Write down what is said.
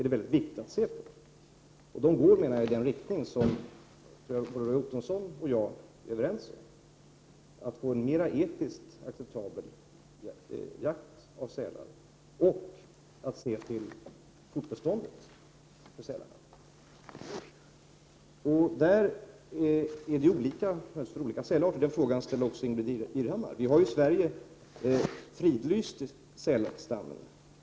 De åtgärderna går i den riktning som både Roy Ottosson och jag är överens om — att man får en mer etiskt acceptabel jakt av sälar, och att man ser till sälarnas fortbestånd. När det gäller fortbeståndet är läget olika för olika sälarter. Om detta har Ingbritt Irhammar också ställt en fråga. Vi har i Sverige fridlyst sälstammen.